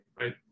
right